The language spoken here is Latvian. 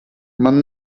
man